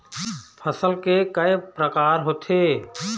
फसल के कय प्रकार होथे?